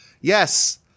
Yes